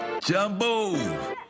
Jumbo